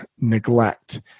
neglect